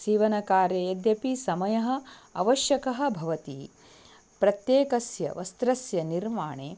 सीवनकार्ये यद्यपि समयः आवश्यकः भवति प्रत्येकस्य वस्त्रस्य निर्माणे